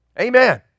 Amen